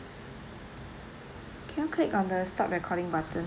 can you click on the stop recording button